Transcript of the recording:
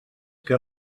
que